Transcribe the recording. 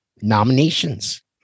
Nominations